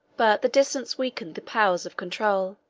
but the distance weakened the powers of control,